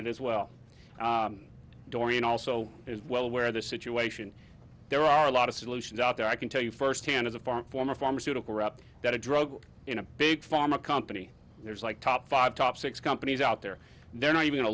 it as well dorian also is well aware of the situation there are a lot of solutions out there i can tell you firsthand as a farm former pharmaceutical rep that a drug in a big pharma company there's like top five top six companies out there they're not even a